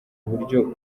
buryo